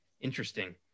interesting